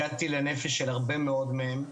הגעתי לנפש של הרבה מאוד מהם.